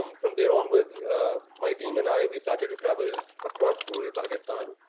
um from there onwards, my team and i, we started to travel across rural pakistan.